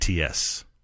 ATS